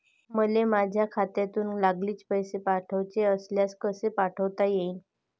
मले माह्या खात्यातून लागलीच पैसे पाठवाचे असल्यास कसे पाठोता यीन?